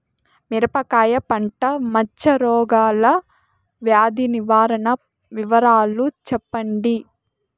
మిరపకాయ పంట మచ్చ రోగాల వ్యాధి నివారణ వివరాలు చెప్పండి?